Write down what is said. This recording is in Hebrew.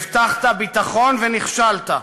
הבטחת ביטחון ונכשלת.